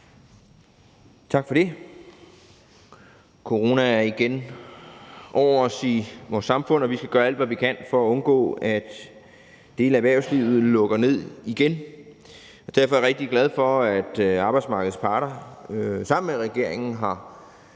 Tak for det. Corona er igen over os i vores samfund, og vi skal gøre alt, hvad vi kan, for at undgå, at dele af erhvervslivet lukker ned igen. Derfor er jeg rigtig glad for, at arbejdsmarkedets parter sammen med regeringen har